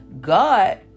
God